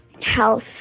health